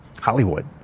Hollywood